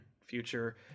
future